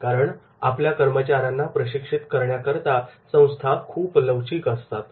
कारण आपल्या कर्मचाऱ्यांना प्रशिक्षित करण्याकरता संस्था खूपच लवचिक असतात